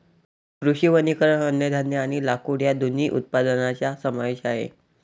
कृषी वनीकरण अन्नधान्य आणि लाकूड या दोन्ही उत्पादनांचा समावेश आहे